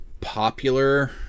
popular